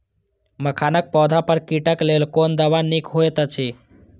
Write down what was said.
मखानक पौधा पर कीटक लेल कोन दवा निक होयत अछि?